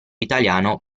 italiano